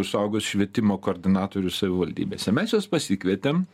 suaugusių švietimo koordinatorių savivaldybėse mes juos pasikvietėm